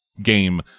game